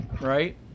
right